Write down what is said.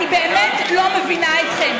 אני באמת לא מבינה אתכם.